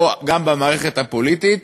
או גם במערכת הפוליטית,